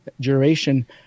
duration